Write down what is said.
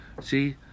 see